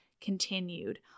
continued